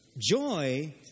Joy